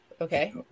Okay